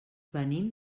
venim